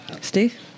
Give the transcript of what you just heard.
Steve